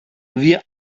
wir